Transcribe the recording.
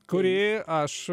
kurį aš